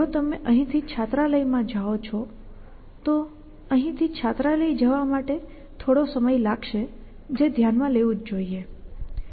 જો તમે અહીંથી છાત્રાલયમાં જાઓ છો તો અહીંથી છાત્રાલય જવા માટે થોડો સમય લાગશે જે ધ્યાનમાં લેવું જ જોઈએ